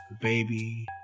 baby